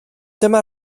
dyma